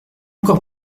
encore